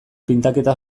pintaketa